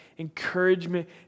encouragement